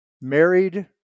married